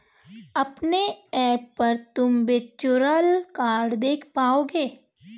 अपने ऐप पर तुम वर्चुअल कार्ड देख पाओगे